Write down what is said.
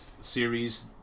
series